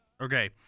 Okay